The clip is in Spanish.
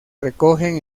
recogen